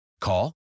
Call